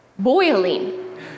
boiling